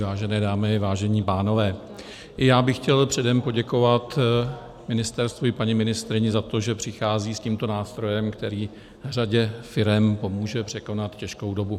Vážené dámy, vážení pánové, i já bych chtěl předem poděkovat ministerstvu i paní ministryni za to, že přichází s tímto nástrojem, který řadě firem pomůže překonat těžkou dobu.